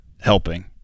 helping